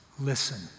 Listen